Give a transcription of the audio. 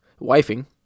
wifing